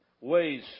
ways